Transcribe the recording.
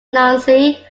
nancy